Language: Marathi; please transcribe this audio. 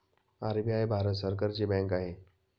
आर.बी.आय भारत सरकारची बँक आहे